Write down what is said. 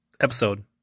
Episode